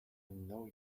know